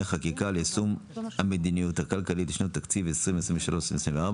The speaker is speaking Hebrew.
חקיקה ליישום המדיניות הכלכלית לשנות התקציב 2023 ו-2024),